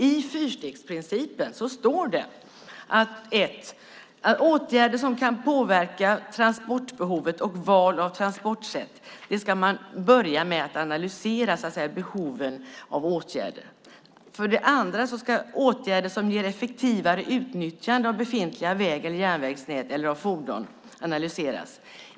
I fyrstegsprincipen står det för det första att man ska börja med att analysera behoven av åtgärder som kan påverka transportbehovet och val av transportsätt. För det andra ska åtgärder som ger effektivare utnyttjande av befintliga väg eller järnvägsnät eller av fordon analyseras.